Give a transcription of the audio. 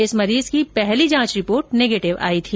इस मरीज की पहली जांच रिपोर्ट नेगेटिव आई थी